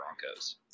Broncos